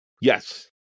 Yes